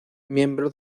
miembro